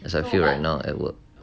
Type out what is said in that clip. as I feel right now at work